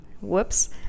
whoops